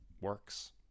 works